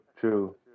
true